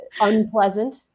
unpleasant